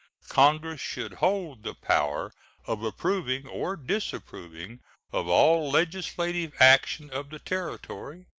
congress should hold the power of approving or disapproving of all legislative action of the territory,